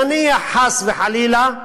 נניח, חס וחלילה,